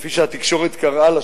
וכפי שהתקשורת קראה לה,